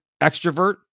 extrovert